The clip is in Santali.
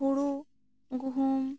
ᱦᱳᱲᱳ ᱜᱩᱦᱩᱢ